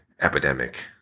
epidemic